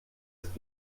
ist